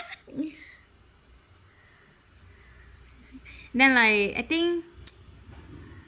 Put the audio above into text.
then like I think